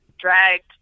dragged